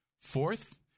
fourth